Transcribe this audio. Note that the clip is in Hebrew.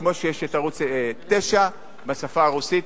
כמו שיש ערוץ-9 בשפה הרוסית,